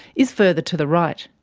is further to the right.